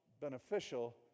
beneficial